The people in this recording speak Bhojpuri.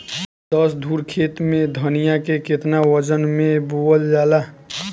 दस धुर खेत में धनिया के केतना वजन मे बोवल जाला?